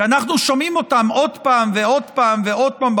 כי אנחנו שומעים אותם עוד פעם ועוד פעם ועוד פעם,